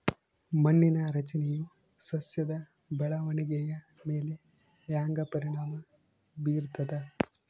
ಮಣ್ಣಿನ ರಚನೆಯು ಸಸ್ಯದ ಬೆಳವಣಿಗೆಯ ಮೇಲೆ ಹೆಂಗ ಪರಿಣಾಮ ಬೇರ್ತದ?